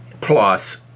plus